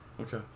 Okay